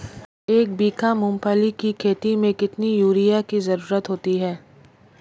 एक बीघा मूंगफली की खेती में कितनी यूरिया की ज़रुरत होती है?